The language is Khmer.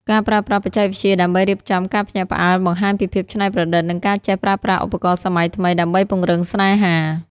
ការប្រើប្រាស់បច្ចេកវិទ្យាដើម្បីរៀបចំការភ្ញាក់ផ្អើល បង្ហាញពីភាពច្នៃប្រឌិត និងការចេះប្រើប្រាស់ឧបករណ៍សម័យថ្មីដើម្បីពង្រឹងស្នេហា។